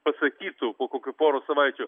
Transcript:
pasakytų po kokių poros savaičių